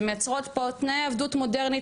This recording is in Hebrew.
שמייצרות פה תנאי עבדות מודרנית,